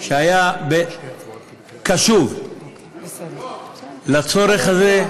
הוא היה קשוב לצורך הזה,